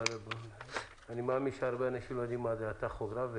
אבל אני מאמין שהרבה אנשים לא יודעים מה זה הטכוגרף.